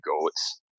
goats